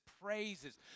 praises